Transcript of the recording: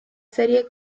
serie